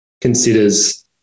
considers